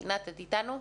עינת, את איתנו?